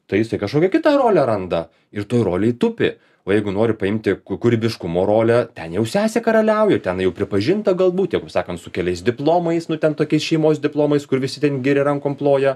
tai jisai kažkokią kitą rolę randa ir toj rolėj tupi o jeigu nori paimti kūrybiškumo rolę ten jau sesė karaliauja ir ten jau pripažinta galbūt jau sakant su keliais diplomais nu ten tokiais šeimos diplomais kur visi ten geri rankom ploja